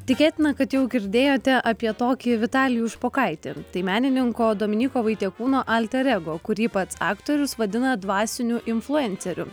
tikėtina kad jau girdėjote apie tokį vitalijų špokaitį tai menininko dominyko vaitiekūno alter ego kurį pats aktorius vadina dvasiniu influenceriu